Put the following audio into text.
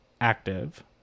active